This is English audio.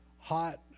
Hot